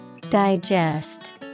Digest